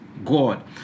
god